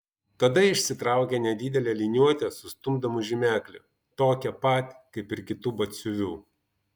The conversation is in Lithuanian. tada išsitraukė nedidelę liniuotę su stumdomu žymekliu tokią pat kaip ir kitų batsiuvių